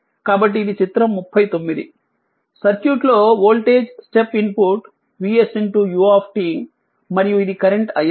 కాబట్టి ఇది చిత్రం 39 సర్క్యూట్ లో voltage step input vs u మరియు ఇది కరెంట్ i